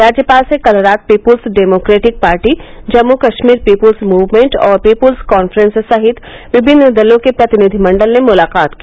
राज्यपाल से कल रात People's Democratic Party Jammu Kashmir People's Movement और पीपुल्स कांफ्रेंस सहित विभिन्न दलों के प्रतिनिधिमंडल ने मुलाकात की